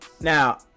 Now